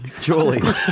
Julie